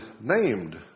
named